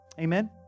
Amen